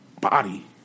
body